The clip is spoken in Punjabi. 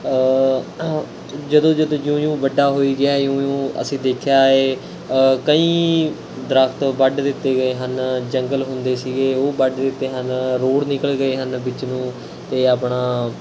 ਜਦੋਂ ਜਦੋਂ ਜਿਉਂ ਜਿਉਂ ਵੱਡਾ ਹੋਈ ਗਿਆ ਇਉਂ ਇਉਂ ਅਸੀਂ ਦੇਖਿਆ ਹੈ ਕਈ ਦਰੱਖਤ ਵੱਢ ਦਿੱਤੇ ਗਏ ਹਨ ਜੰਗਲ ਹੁੰਦੇ ਸੀਗੇ ਉਹ ਵੱਢ ਦਿੱਤੇ ਹਨ ਰੋਡ ਨਿਕਲ ਗਏ ਹਨ ਵਿੱਚ ਨੂੰ ਅਤੇ ਆਪਣਾ